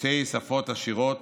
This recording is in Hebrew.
כשתי שפות עשירות,